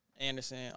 Anderson